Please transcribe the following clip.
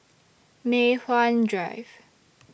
Mei Hwan Drive